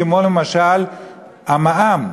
כמו למשל המע"מ,